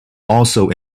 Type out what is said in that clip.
also